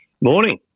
Morning